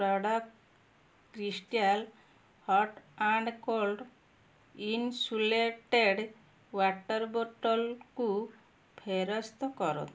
product crystal hot and cold insulated water ବଟଲ୍କୁ ଫେରସ୍ତ କରନ୍ତୁ